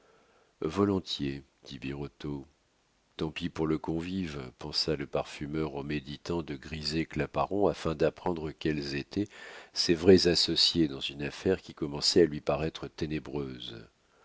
volontiers dit birotteau tant pis pour le convive pensa le parfumeur en méditant de griser claparon afin d'apprendre quels étaient ses vrais associés dans une affaire qui commençait à lui paraître ténébreuse